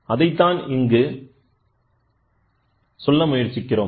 அதைதான் இங்கு சொல்ல முயற்சிக்கிறோம்